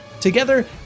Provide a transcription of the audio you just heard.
Together